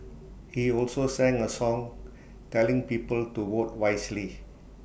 he also sang A song telling people to vote wisely